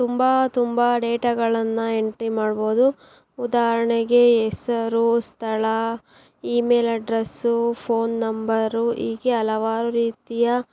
ತುಂಬ ತುಂಬ ಡೇಟಾಗಳನ್ನು ಎಂಟ್ರಿ ಮಾಡ್ಬೋದು ಉದಾಹರಣೆಗೆ ಹೆಸರು ಸ್ಥಳ ಇಮೇಲ್ ಅಡ್ರೆಸ್ಸು ಫೋನ್ ನಂಬರು ಹೀಗೆ ಹಲವಾರು ರೀತಿಯ